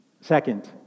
Second